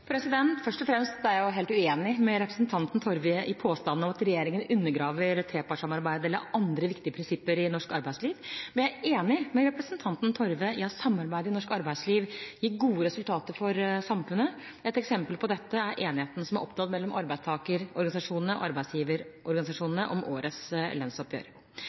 Først og fremst er jeg helt uenig med representanten Torve i påstanden om at regjeringen undergraver trepartssamarbeidet eller andre viktige prinsipper i norsk arbeidsliv. Men jeg er enig med representanten Torve i at samarbeidet i norsk arbeidsliv gir gode resultater for samfunnet. Et eksempel på dette er enigheten som er oppnådd mellom arbeidstakerorganisasjonene og arbeidsgiverorganisasjonene om årets lønnsoppgjør. Gjennom forhandlinger har partene kommet fram til et moderat lønnsoppgjør,